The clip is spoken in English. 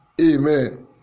Amen